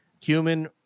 human